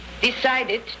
decided